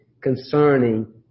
concerning